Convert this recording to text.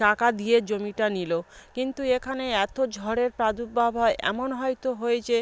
টাকা দিয়ে জমিটা নিলো কিন্তু এখানে এতো ঝড়ের প্রাদুর্ভাব হয় এমন হয়তো হয়েছে